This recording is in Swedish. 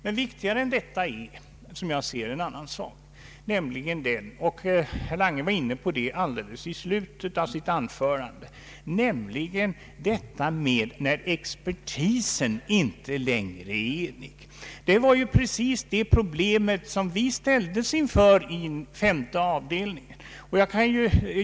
Men viktigare än detta är enligt min mening vad herr Lange var inne på i slutet av sitt anförande, nämligen det problem som uppstår när expertisen inte längre är enig. Det var ju precis det problemet som vi ställdes inför i femte avdelningen.